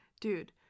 dude